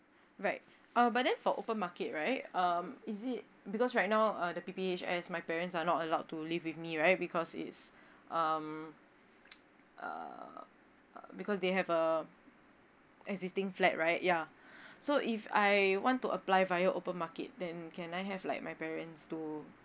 right uh but then for open market right um is it because right now uh the P_P_H_S my parents are not allowed to live with me right because it's um uh because they have a existing flat right yeah so if I want to apply via open market then can I have like my parents to